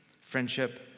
friendship